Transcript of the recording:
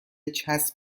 چسب